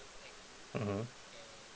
mmhmm